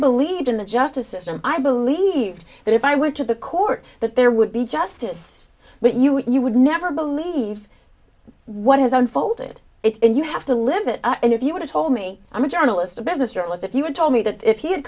believed in the justice system i believed that if i went to the court that there would be justice but you would you would never believe what has unfolded it and you have to live it and if you want to told me i'm a journalist a business journalist if you had told me that if he had